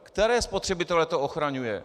Které spotřebitele to ochraňuje?